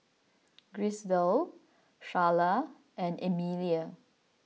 Griselda Charla and Amelie